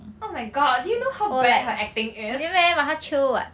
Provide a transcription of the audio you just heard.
oh my god do you know how bad her acting is